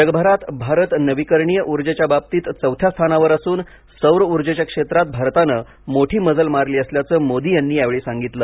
जगभरात भारत नवीकरणीय ऊर्जेच्या बाबतीत चौथ्या स्थानावर असून सौर ऊर्जेच्या क्षेत्रात भारताने मोठी मजल मारली असल्याचं मोदी यांनी यावेळी सांगितलं